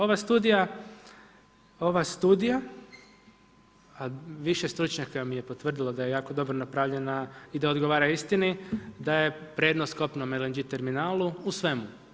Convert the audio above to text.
Ova studija, a više stručnjaka mi je potvrdilo da je jako dobro napravljena i da odgovara istini, da je prednost kopnom LNG terminalu u svemu.